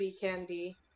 candy